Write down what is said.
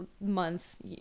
months